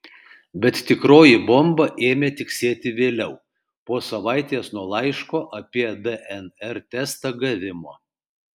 bet tikroji bomba ėmė tiksėti vėliau po savaitės nuo laiško apie dnr testą gavimo